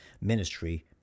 ministry